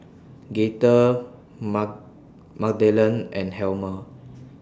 Gaither Magdalen and Helmer